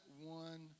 one